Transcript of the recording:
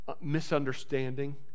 misunderstanding